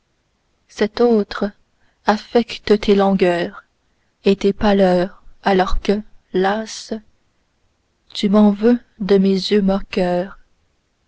cet autre affecte tes langueurs et tes pâleurs alors que lasse tu m'en veux de mes yeux moqueurs